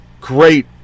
Great